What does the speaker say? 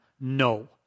No